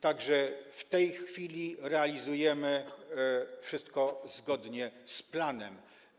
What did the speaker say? Tak że w tej chwili realizujemy wszystko zgodnie z planem.